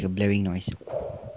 a blaring noise !woo!